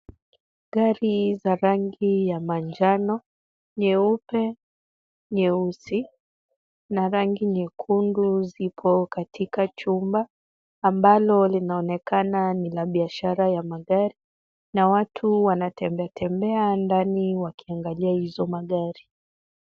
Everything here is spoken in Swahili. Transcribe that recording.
Gari za rangi ya manjano, nyeupe, nyeusi na rangi nyekundu zipo katika chumba, ambalo linaonekana ni la biashara ya magari na watu wanatembeatembea ndani wakiangalia hizo magari.